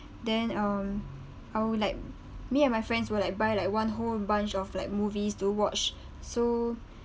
then um I will like me and my friends will like buy like one whole bunch of like movies to watch so